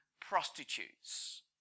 prostitutes